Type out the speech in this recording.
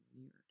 weird